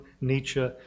Nietzsche